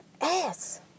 ass